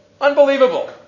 Unbelievable